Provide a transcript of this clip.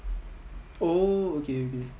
oh okay okay